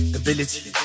ability